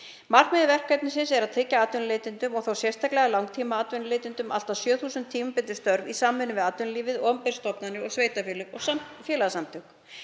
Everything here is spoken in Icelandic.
Markmið verkefnisins er að tryggja atvinnuleitendum, og þá sérstaklega langtímaatvinnuleitendum, allt að 7.000 tímabundin störf í samvinnu við atvinnulífið, opinberar stofnanir, sveitarfélög og félagasamtök.